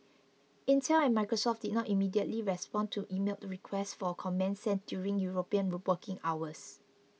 Intel and Microsoft did not immediately respond to emailed requests for comment sent during European working hours